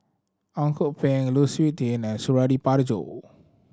Ang Kok Peng Lu Suitin and Suradi Parjo